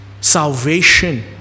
salvation